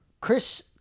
Chris